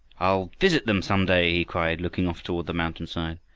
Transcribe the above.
i'll visit them some day! he cried, looking off toward the mountainside.